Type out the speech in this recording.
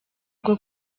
bwo